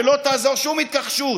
ולא תעזור שום התכחשות.